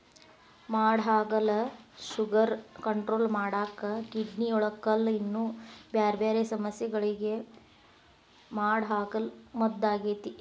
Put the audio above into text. ಮಾಡಹಾಗಲ sugar control ಮಾಡಾಕ, ಕಿಡ್ನಿಯೊಳಗ ಕಲ್ಲು, ಇನ್ನೂ ಬ್ಯಾರ್ಬ್ಯಾರೇ ಸಮಸ್ಯಗಳಿಗೆ ಮಾಡಹಾಗಲ ಮದ್ದಾಗೇತಿ